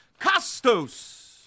Costos